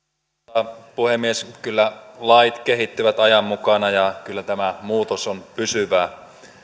arvoisa puhemies kyllä lait kehittyvät ajan mukana ja kyllä tämä muutos on pysyvä